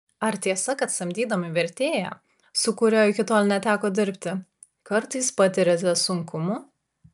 ar tiesa kad samdydami vertėją su kuriuo iki tol neteko dirbti kartais patiriate sunkumų